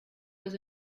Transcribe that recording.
was